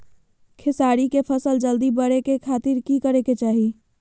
खेसारी के फसल जल्दी बड़े के खातिर की करे के चाही?